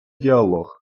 діалог